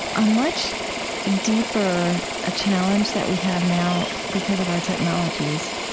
a much deeper ah challenge that we have now because of our technologies.